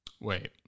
Wait